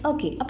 Okay